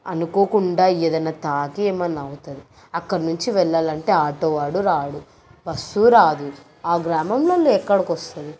అనుకోకుండా ఏదైనా తాగి ఏమన్నా అవుతుంది అక్కడ నుంచి వెళ్లాలంటే ఆటో వాడు రాడు బస్సు రాదు ఆ గ్రామంలోళ్ళు ఎక్కడికొస్తారు